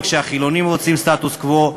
וכשהחילונים רוצים סטטוס-קוו,